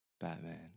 Batman